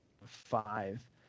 five